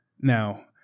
Now